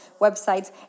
websites